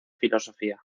filosofía